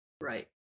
Right